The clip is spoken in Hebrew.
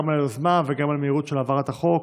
גם על היוזמה וגם על המהירות של העברת החוק.